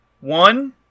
One